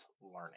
learning